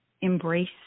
embrace